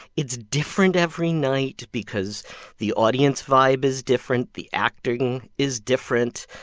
it's different every night because the audience vibe is different. the acting is different.